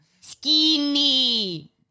Skinny